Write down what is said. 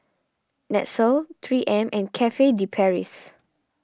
Nestle three M and Cafe De Paris